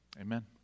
Amen